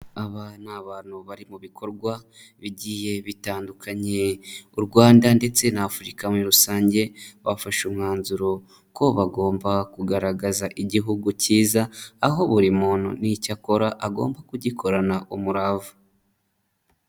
Aba ni abantu bari mu bikorwa bigiye bitandukanye, u Rwanda ndetse na Afurika muri rusange, bafashe umwanzuro ko bagomba kugaragaza igihugu cyiza, aho buri muntu n'icyo akora agomba kugikorana umurava.